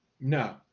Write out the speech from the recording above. No